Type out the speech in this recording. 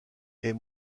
est